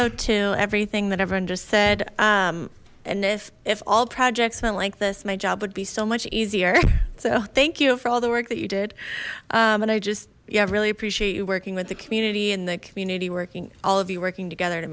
know to everything that everyone just said and if if all projects went like this my job would be so much easier so thank you for all the work that you did and i just yeah i really appreciate you working with the community and the community working all of you working together to